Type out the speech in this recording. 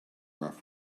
rough